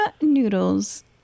noodles